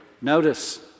Notice